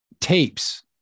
tapes